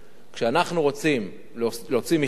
כשאנחנו רוצים להוציא מכרז,